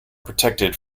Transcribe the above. protected